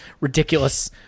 ridiculous –